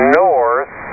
north